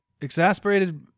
Exasperated